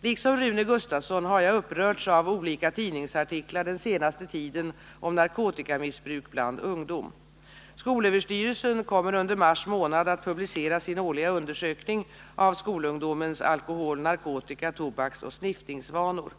Liksom Rune Gustavsson har jag upprörts av olika tidningsartiklar den senaste tiden om narkotikamissbruk bland ungdom. Skolöverstyrelsen kommer under mars månad att publicera sin årliga undersökning av skolungdomens alkohol-, narkotika-, tobaksoch sniffningsvanor.